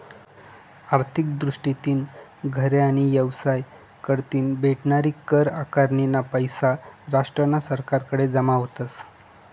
आर्थिक दृष्टीतीन घरे आणि येवसाय कढतीन भेटनारी कर आकारनीना पैसा राष्ट्रना सरकारकडे जमा व्हतस